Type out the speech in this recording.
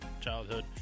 childhood